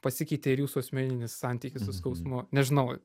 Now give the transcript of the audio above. pasikeitė ir jūsų asmeninis santykis su skausmu nežinau